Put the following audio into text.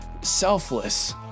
selfless